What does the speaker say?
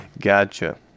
Gotcha